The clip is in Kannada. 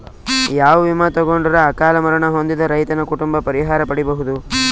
ಯಾವ ವಿಮಾ ತೊಗೊಂಡರ ಅಕಾಲ ಮರಣ ಹೊಂದಿದ ರೈತನ ಕುಟುಂಬ ಪರಿಹಾರ ಪಡಿಬಹುದು?